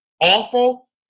awful